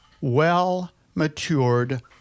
well-matured